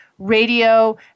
Radio